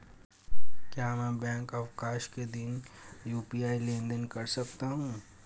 क्या मैं बैंक अवकाश के दिन यू.पी.आई लेनदेन कर सकता हूँ?